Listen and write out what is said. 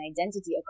identity